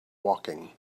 walking